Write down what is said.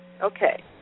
Okay